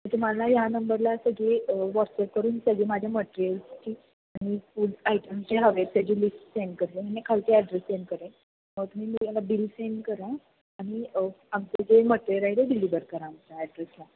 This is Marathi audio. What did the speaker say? तुम्हाला या नंबरला सगळे व्हॉट्सअप करून सगळ्या माझ्या मटेरियल्सची आणि फूड आयटमचे हवे त्याची लिस्ट सेंड करते आणि खालती ॲड्रेस सेंड करेन मग तुम्ही मला बिल सेंड करा आणि आमचे जे मटेरियल आहे ते डिलिवर करा आमच्या ॲड्रेसला